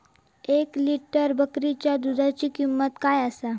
एक लिटर बकरीच्या दुधाची किंमत काय आसा?